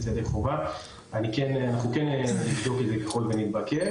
ידי חובה אני כן אבדוק את זה ככל שנתבקש